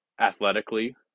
athletically